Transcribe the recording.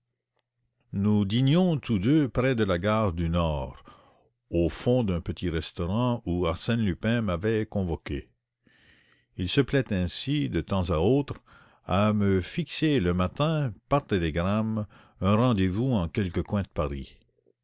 nous dînions tous deux dans un petit restaurant des environs de la gare du nord où arsène lupin m'avait convoqué il se plaît ainsi de temps à autre à me fixer le matin par télégramme un rendez-vous en quelque coin de paris